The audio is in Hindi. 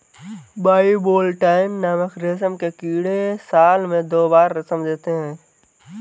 बाइवोल्टाइन नामक रेशम के कीड़े साल में दो बार रेशम देते है